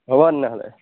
হ'ব তেনেহ'লে